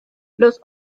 los